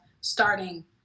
starting